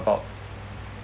~bout